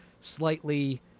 slightly